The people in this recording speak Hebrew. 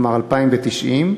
כלומר 2090,